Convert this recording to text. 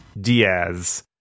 Diaz